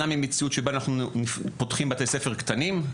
ממציאות שבה אנחנו פותחים בתי ספר קטנים,